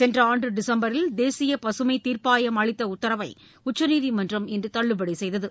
சென்ற ஆண்டு டிசம்பரில் தேசிய பசுமை தீர்ப்பாயம் அளித்த உத்தரவை உச்சநீதிமன்றம் இன்று தள்ளுபடி செய்தது